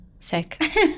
Sick